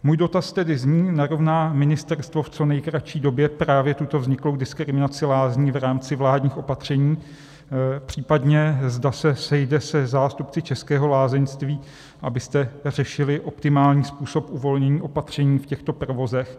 Můj dotaz tedy zní: Narovná ministerstvo v co nejkratší době právě tuto vzniklou diskriminaci lázní v rámci vládních opatření, případně zda se sejde se zástupci českého lázeňství, abyste řešili optimální způsob uvolnění opatření v těchto provozech?